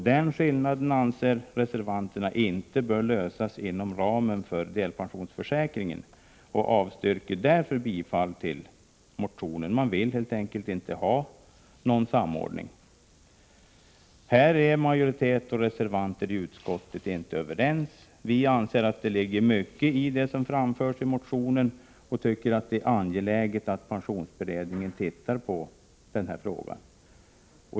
Denna skillnad anser reservanterna inte bör åtgärdas inom ramen för delpensionsförsäkringen och avstyrker därför bifall till motionen. Man vill helt enkelt inte ha någon samordning. Här är majoritet och reservanter i utskottet inte överens. Vi anser att det ligger mycket i det som framförs i motionen och tycker att det är angeläget att pensionsberedningen tittar på frågan.